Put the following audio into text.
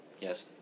yes